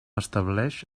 estableix